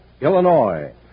Illinois